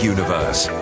Universe